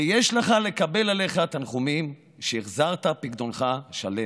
ויש לך לקבל עליך תנחומים שהחזרת פיקדונך שלם.